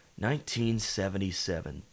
1977